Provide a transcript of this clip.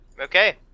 Okay